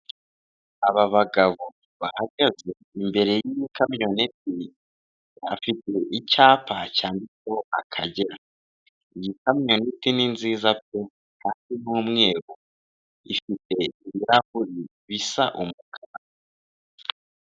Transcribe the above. Aba bagabo bahagaze imbere y'ikamyoneti bafite icyapa cyanditseho akagera. Iyi kamyoneti ni nziza pe kandi n'umweru ifite ibirahuri bisa umukara.